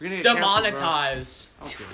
Demonetized